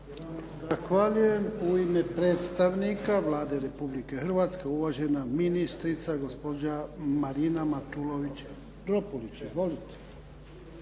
Zahvaljujem. U ime predstavnika Vlade Republike Hrvatske, uvažena ministrica gospođa Marina Matulović-Dropulić.